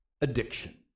addiction